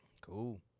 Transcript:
Cool